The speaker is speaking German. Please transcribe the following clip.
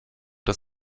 das